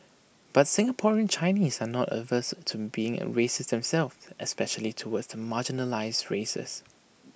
but Singaporean Chinese are not averse to being racist themselves especially towards the marginalised races